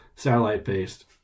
Satellite-based